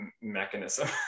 mechanism